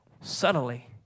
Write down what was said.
subtly